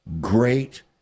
great